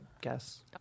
guess